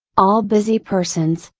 all busy persons,